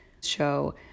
show